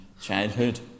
childhood